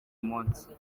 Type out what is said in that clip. munsi